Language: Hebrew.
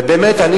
באמת,